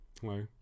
Hello